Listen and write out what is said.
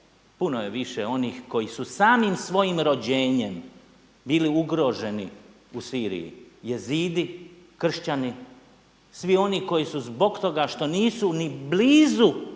Puno je više onih koji su samim svojim rođenjem bili ugroženi u Siriji Jezici, Kršćani, svi oni koji su zbog toga što nisu ni blizu